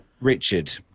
Richard